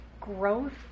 Growth